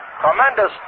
tremendous